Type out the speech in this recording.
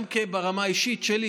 גם ברמה האישית שלי,